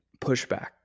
pushback